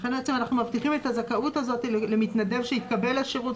לכן אנחנו מבטיחים את הזכאות למתנדב שהתקבל לשירות,